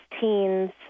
teens